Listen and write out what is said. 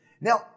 Now